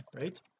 right